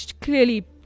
clearly